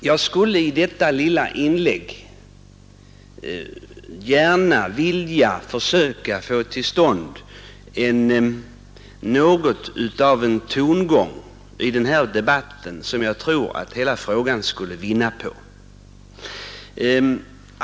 Jag skulle i detta lilla inlägg gärna vilja försöka få till stånd något av en tongång i denna debatt som jag tror att hela frågan skulle vinna på.